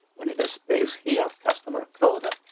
we need a space here, customer code.